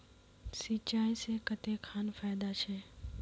सिंचाई से कते खान फायदा छै?